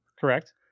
Correct